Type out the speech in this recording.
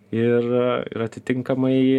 ir ir atitinkamai